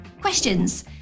Questions